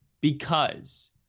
because-